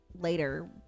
later